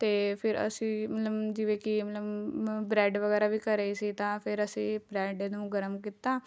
ਅਤੇ ਫਿਰ ਅਸੀਂ ਮਤਲਬ ਜਿਵੇਂ ਕਿ ਮਤਲਬ ਬਰੈੱਡ ਵਗੈਰਾ ਵੀ ਘਰ ਹੀ ਸੀ ਤਾਂ ਫਿਰ ਅਸੀਂ ਬਰੈੱਡ ਨੂੰ ਗਰਮ ਕੀਤਾ